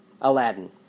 Aladdin